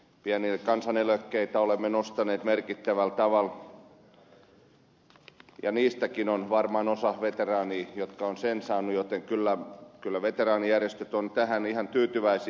pieniä kansaneläkkeitä olemme nostaneet merkittävällä tavalla ja niistäkin on varmaan osa veteraaneja jotka ovat sen saaneet joten kyllä veteraanijärjestöt ovat tähän ihan tyytyväisiä